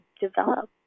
develop